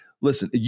Listen